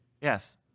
yes